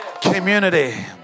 community